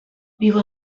viu